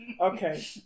Okay